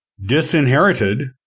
disinherited